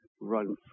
run